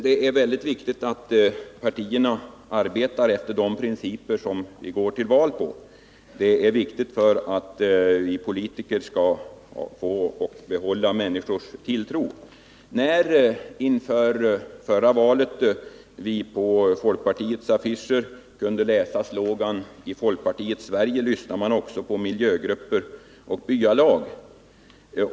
Det är mycket viktigt att partierna arbetar efter de principer som vi går till val på — det är viktigt för att vi politiker skall få behålla människors tilltro till oss. Inför förra valet kunde vi på folkpartiets affischer läsa slogan I folkpartiets Sverige lyssnar man också på miljögrupper och byalag.